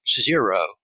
zero